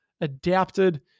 adapted